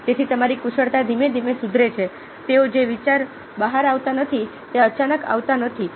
તેથી તમારી કુશળતા ધીમે ધીમે સુધરે છે તેઓ જે વિચારો બહાર આવતા નથી તે અચાનક આવતા નથી